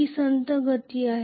ही संथ गती आहे